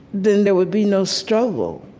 then there would be no struggle